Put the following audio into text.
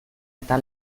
eta